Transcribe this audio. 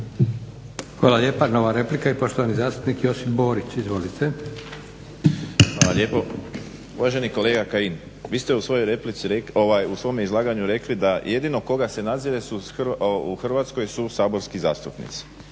Hvala lijepa. Nova replika i poštovani zastupnik Josip Borić. Izvolite. **Borić, Josip (HDZ)** Hvala lijepo. Uvaženi kolega Kajin vi ste u svome izlaganju rekli da jedino koga se nadzire u Hrvatskoj su saborski zastupnici.